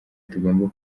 tugomba